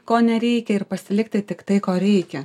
ko nereikia ir pasilikti tik tai ko reikia